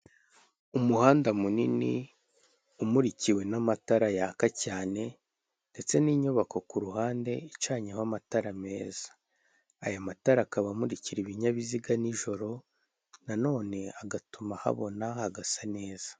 Umuhanda munini umurikiwe n'amatara yaka cyane, ndetse n'inyubako ku ruhande icanyeho amatara meza, aya matara akaba amukira ibinyabiziga nijoro na none agatuma habona hagasa neza.